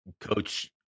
coach